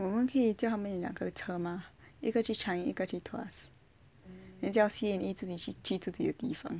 我们可以叫他们用两个的车吗 then 一个去 changi 一个去 tuas then 叫 c and e 去自己的地方